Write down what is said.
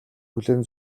хүлээн